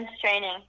training